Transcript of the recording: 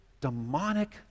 demonic